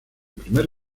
primer